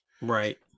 right